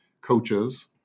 coaches